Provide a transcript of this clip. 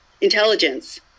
intelligence